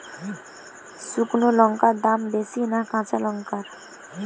শুক্নো লঙ্কার দাম বেশি না কাঁচা লঙ্কার?